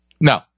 No